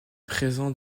présent